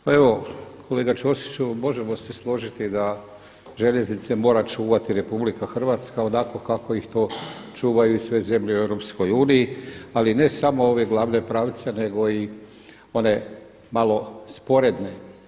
Pa evo, kolega Ćosiću možemo se složiti da željeznice mora čuvati RH onako kako ih to čuvaju i sve zemlje u EU ali ne samo ove glavne pravce nego i one malo sporedne.